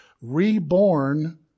reborn